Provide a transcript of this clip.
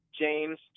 James